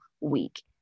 week